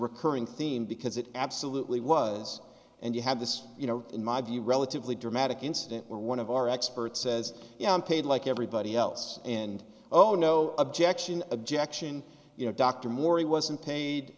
recurring theme because it absolutely was and you had this you know in my view relatively dramatic incident where one of our experts says you know i'm paid like everybody else and oh no objection objection you know dr morey wasn't pai